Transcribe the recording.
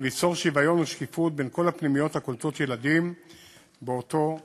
וליצור שוויון ושקיפות בין כל הפנימיות הקולטות ילדים באותו הפרופיל.